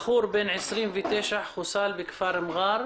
בחור בן 29 חוסך בכפר מע'אר,